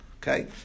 okay